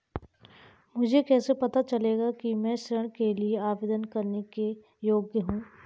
मुझे कैसे पता चलेगा कि मैं ऋण के लिए आवेदन करने के योग्य हूँ?